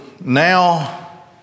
now